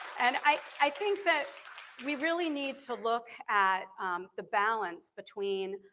and i i think that we really need to look at the balance between